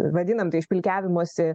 vadinam tai špilkiavimosi